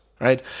right